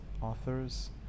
authors